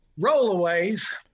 rollaways